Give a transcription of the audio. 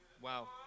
Wow